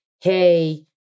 hey